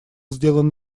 сделан